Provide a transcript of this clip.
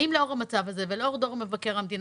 האם לאור המצב הזה ולאור דוח מבקר המדינה,